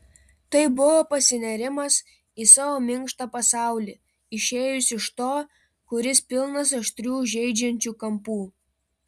tai buvo pasinėrimas į savo minkštą pasaulį išėjus iš to kuris pilnas aštrių žeidžiančių kampų